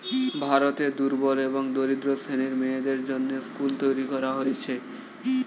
ভারতে দুর্বল এবং দরিদ্র শ্রেণীর মেয়েদের জন্যে স্কুল তৈরী করা হয়েছে